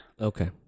Okay